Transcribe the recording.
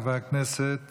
חבר הכנסת